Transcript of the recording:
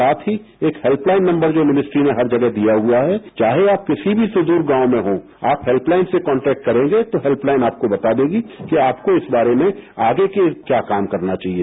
साथ ही एक हेल्पलाइन नम्बर जो मिनिस्टरी ने हर जगह दिया हुआ है चाहे आप किसी भी सुदूर गांव में हों आप हेल्पलाइन से कांटेक्ट करेंगे तो हेल्पलाइन आपको बता देगी कि आपको इस बारे में आगे के क्या काम करना चाहिए